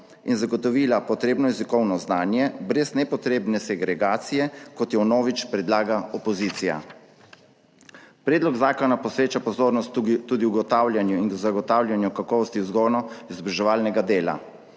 in zagotovila potrebno jezikovno znanje brez nepotrebne segregacije, kot jo vnovič predlaga opozicija. Predlog zakona posveča pozornost tudi ugotavljanju in zagotavljanju kakovosti vzgojno-izobraževalnega dela.